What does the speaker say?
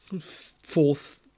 fourth